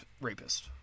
rapist